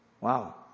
Wow